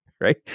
right